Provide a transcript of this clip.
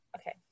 Okay